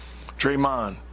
Draymond